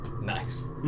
Nice